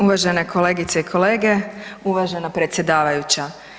Uvažene kolegice i kolege, uvažena predsjedavajuća.